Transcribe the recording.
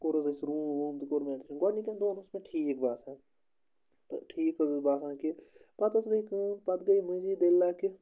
کوٚر حظ اَسہِ روٗم ووٗم تہٕ کوٚر مےٚ اٮ۪ڈمِشَن گۄڈٕنِکٮ۪ن دۄہَن اوس مےٚ ٹھیٖک باسان تہٕ ٹھیٖک حظ اوس باسان کہِ پَتہٕ حظ گٔے کٲم پَتہٕ گٔے مٔنٛزی دٔلیٖلَہ کہِ